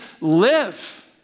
live